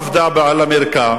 היא עבדה שנים בטלוויזיה,